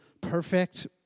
perfect